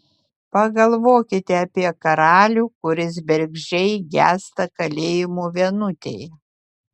pagalvokite apie karalių kuris bergždžiai gęsta kalėjimo vienutėje